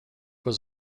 was